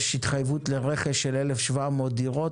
יש התחייבות לרכש של 1,700 דירות,